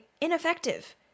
ineffective